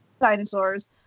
dinosaurs